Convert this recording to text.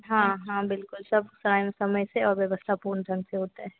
हाँ हाँ बिलकुल सब टाइम समय से और व्यवस्थापूर्ण ढंग से होता है